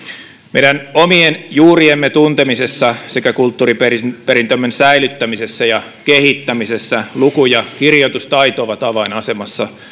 meidän omien juuriemme tuntemisessa sekä kulttuuriperintömme säilyttämisessä ja kehittämisessä luku ja kirjoitustaito ovat avainasemassa